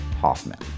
Hoffman